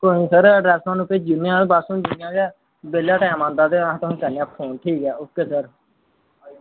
कोई निं sir address तुसेगी भेजी ओड़ने आं बेह्ला टैम आंदा ते अस तुसेंगी आपूं करने आं फोन ठीक ऐ सर